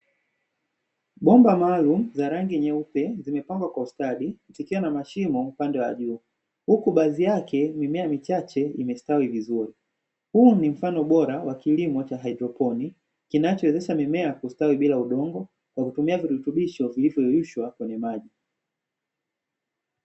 Bomba maalumu za rangi nyeupe zimepangwa kwa ustadi zikiwa na mashimo upande wajuu, huku baadhi yake mimea michache imestawi vizuri. Huu ni mfano bora wa kilimo cha hadroponi kinachowezesha mimea kustawi bila udongo kwa kutumia virutubisho vilivyoyeyushwa kwenye maji.